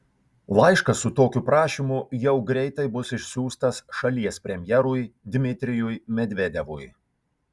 laiškas su tokiu prašymu jau greitai bus išsiųstas šalies premjerui dmitrijui medvedevui